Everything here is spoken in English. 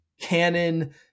canon